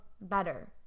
better